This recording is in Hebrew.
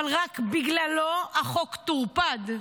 אבל רק בגללו החוק טורפד,